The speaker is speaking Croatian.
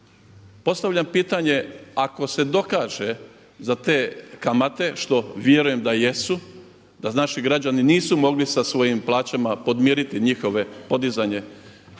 postavljam pitanje ako se dokaže za te kamate što vjerujem da jesu, da naši građani nisu mogli sa svojim plaćama podmiriti njihovo podizanje